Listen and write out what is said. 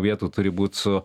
vietų turi būt su